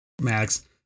Max